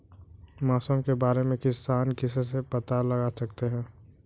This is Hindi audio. मौसम के बारे में किसान किससे पता लगा सकते हैं?